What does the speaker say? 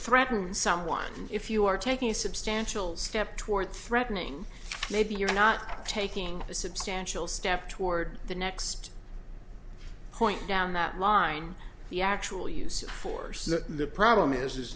threaten someone if you are taking a substantial step toward threatening maybe you're not taking a substantial step toward the next point down that line the actual use of force that the problem is is